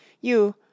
You